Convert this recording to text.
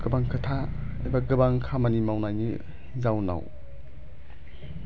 गोबां खोथा एबा गोबां खामानि मावनायनि जाउनाव